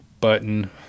button